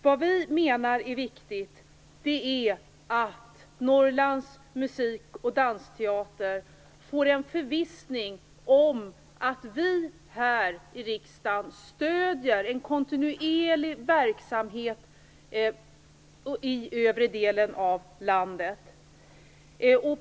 Vi i Miljöpartiet menar att det är viktigt att Norrlands Musik och dansteater får en förvissning om att vi här i riksdagen stöder en kontinuerlig verksamhet i den övre delen av landet.